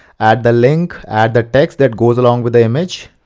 add the link, add the text that goes along with the image.